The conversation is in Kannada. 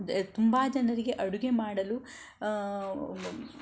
ತುಂಬ ಜನರಿಗೆ ಅಡುಗೆ ಮಾಡಲು